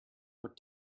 what